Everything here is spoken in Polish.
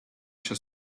się